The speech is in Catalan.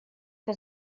que